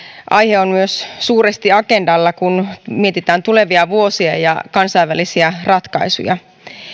on myös suuresti agendalla kun mietitään tulevia vuosia ja kansainvälisiä ratkaisuja